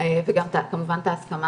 וגם כמובן את ההסכמה